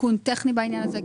תיקון טכני בעניין הזה.